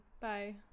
Bye